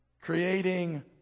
creating